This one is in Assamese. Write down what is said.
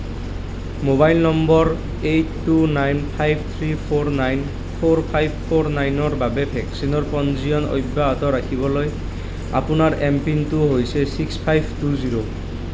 mobile number eight two nine five three four nine four five four নাইনৰ বাবে ভেকচিনৰ পঞ্জীয়ন অব্যাহত ৰাখিবলৈ আপোনাৰ এম পিনটো হৈছে ছিক্স ফাইভ টু জিৰ'